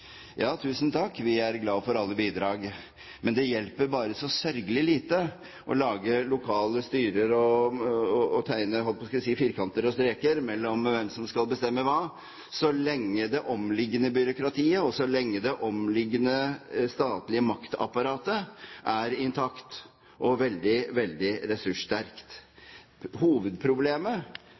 Ja, tusen takk, vi er glad for alle bidrag. Men det hjelper bare så sørgelig lite å lage lokale styrer og tegne firkanter og streker mellom hvem som skal bestemme hva, så lenge det omliggende byråkratiet og det omliggende statlige maktapparatet er intakt og er veldig, veldig ressurssterkt. Hovedproblemet